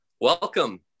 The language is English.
welcome